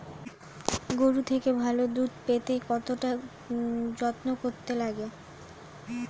গরুর থেকে ভালো দুধ পেতে কতটা যত্ন করতে লাগে